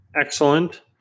excellent